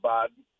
Biden